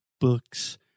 books